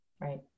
Right